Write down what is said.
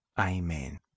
Amen